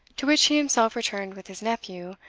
to which he himself returned with his nephew,